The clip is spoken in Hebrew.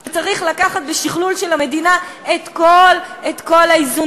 וצריך לקחת בשקלול של המדינה את כל האיזונים.